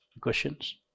Questions